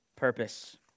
purpose